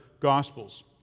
Gospels